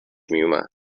میومد